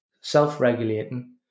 self-regulating